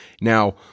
Now